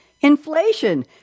inflation